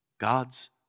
God's